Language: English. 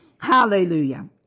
Hallelujah